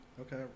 Okay